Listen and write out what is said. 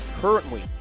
currently